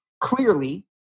clearly